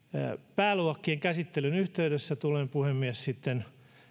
pääluokkien käsittelyn yhteydessä tulen puhemies sitten